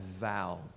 vow